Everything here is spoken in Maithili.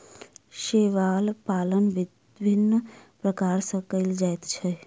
शैवाल पालन विभिन्न प्रकार सॅ कयल जाइत अछि